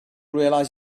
realize